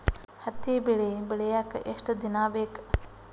ಹತ್ತಿ ಬೆಳಿ ಬೆಳಿಯಾಕ್ ಎಷ್ಟ ದಿನ ಬೇಕ್?